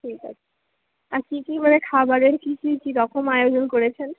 ঠিক আছে আর কী কী মানে খাবারের কী কী কীরকম আয়োজন করেছেন